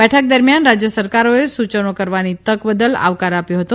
બેઠક દરમ્યાન રાજય સરકારોએ સૂચનો કરવાની તક બદલ આવકાર આપ્યો હતો